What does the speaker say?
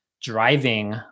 driving